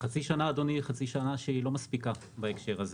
חצי שנה אדוני, חצי שנה שהיא לא מספיקה בהקשר הזה.